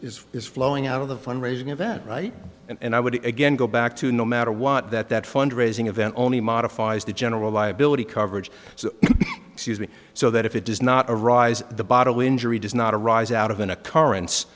just is flowing out of the fund raising event right and i would again go back to no matter what that that fund raising event only modifies the general liability coverage so excuse me so that if it does not arise the bottle injury does not arise out of an occurrence